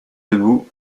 debout